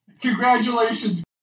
Congratulations